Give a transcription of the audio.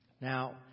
Now